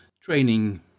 training